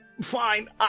fine